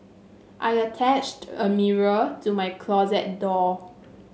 I attached a mirror to my closet door